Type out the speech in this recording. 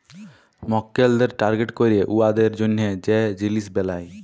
মক্কেলদের টার্গেট ক্যইরে উয়াদের জ্যনহে যে জিলিস বেলায়